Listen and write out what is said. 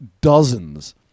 dozens